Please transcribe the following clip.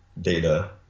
data